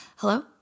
Hello